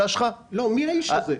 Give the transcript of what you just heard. מי האיש הזה?